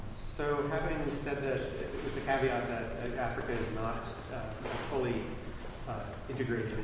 so having said that with the caveat that africa is not fully integrated